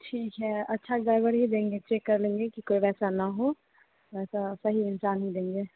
ठीक है अच्छा ड्राइवर ही देंगे चेक कर लेंगे कि कोई वैसा न हो वैसा सही इंसान ही देंगे